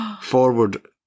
Forward